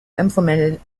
implemented